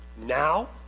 now